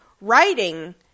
Writing